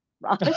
right